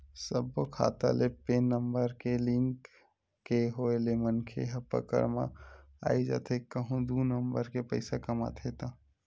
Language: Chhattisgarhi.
सब्बो खाता ले पेन नंबर के लिंक के होय ले मनखे ह पकड़ म आई जाथे कहूं दू नंबर के पइसा कमाथे ता